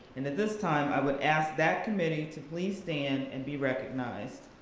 and at this time, i would ask that committee to please stand and be recognized.